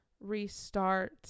restart